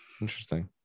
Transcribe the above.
Interesting